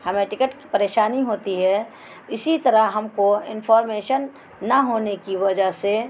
ہمیں ٹکٹ کی پریشانی ہوتی ہے اسی طرح ہم کو انفارمیشن نہ ہونے کی وجہ سے